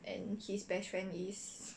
and his best friend is